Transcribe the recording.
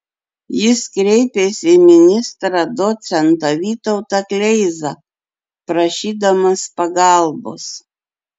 jis kreipėsi į ministrą docentą vytautą kleizą prašydamas pagalbos